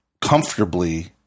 comfortably